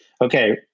Okay